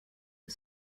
are